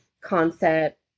concept